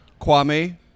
Kwame